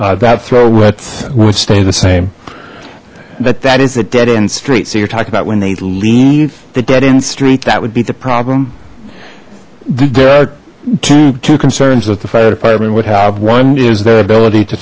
that throw width would stay the same but that is the dead end street so you're talking about when they leave the dead end street that would be the problem there are two two concerns that the fire department would have one is their ability to